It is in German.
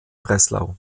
breslau